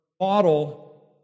model